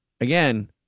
again